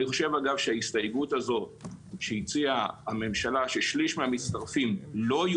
אני חושב שההסתייגות הזאת שהציעה הממשלה ששליש מהמצטרפים לא יהיו